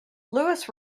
lewis